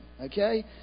Okay